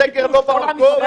הסגר לא במקום.